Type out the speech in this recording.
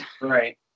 Right